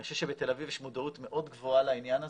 אני חושב שבתל אביב יש מודעות מאוד גבוהה לעניין הזה.